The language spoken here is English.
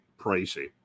pricey